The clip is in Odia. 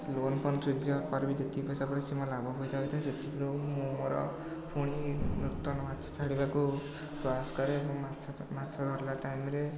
ସେ ଲୋନ୍ଫୋନ୍ ଶୁଝିବା ପରେ ବି ଯେତିକି ପଇସା ବଳେ ସେ ମୋର ଲାଭ ହୋଇଥାଏ ସେଥିରୁ ମୁଁ ମୋର ଫୁଣି ନୂତନ ମାଛ ଛାଡ଼ିବାକୁ ପ୍ରୟାସ କରେ ଏବଂ ମାଛ ମାଛ ଧରିଲା ଟାଇମ୍ରେ